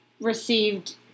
received